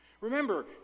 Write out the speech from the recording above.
Remember